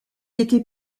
était